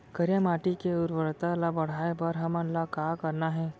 करिया माटी के उर्वरता ला बढ़ाए बर हमन ला का करना हे?